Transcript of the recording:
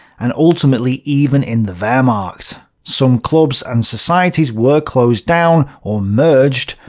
and ultimately even in the wehrmacht. some clubs and societies were closed down or merged,